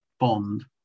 Bond